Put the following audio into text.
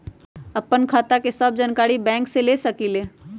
आपन खाता के सब जानकारी बैंक से ले सकेलु?